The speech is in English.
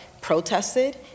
protested